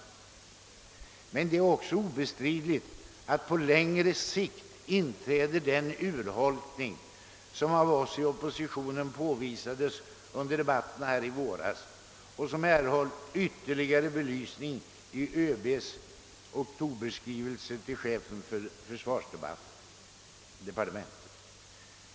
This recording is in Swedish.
Det är emellertid också obestridligt att på längre sikt den urholkning inträder, som av Oss i oppositionen påvisades under debatterna i våras och som erhållit ytterligare belysning i ÖB:s oktoberskrivelse till chefen för försvarsdepartementet.